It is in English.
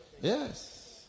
Yes